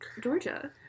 georgia